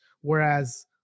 whereas